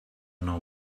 know